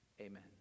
Amen